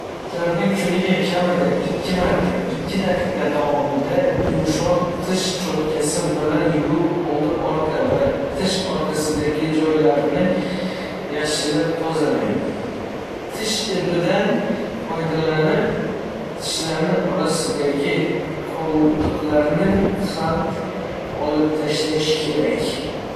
kuniga kamida ikki marta ikki daqiqa davomida yumshoq tish cho'tkasi bilan yuvib, old, orqa va tish orasidagi joylarni yaxshilab tozalang. Tish ipidan foydalanib, tishlar orasidagi qoldiqlarni ham olib tashlash kerak.